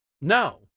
no